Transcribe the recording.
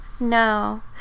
No